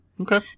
Okay